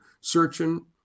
searching